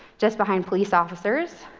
just behind police officers,